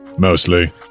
Mostly